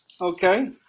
Okay